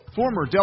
former